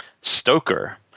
Stoker